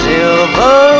Silver